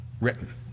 written